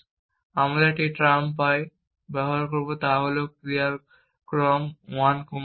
সুতরাং আমরা একটি টার্ম পাই ব্যবহার করব তা হল ক্রিয়ার একটি ক্রম 1 2